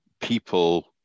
people